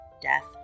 death